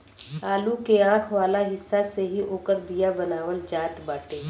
आलू के आंख वाला हिस्सा से ही ओकर बिया बनावल जात बाटे